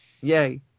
Yay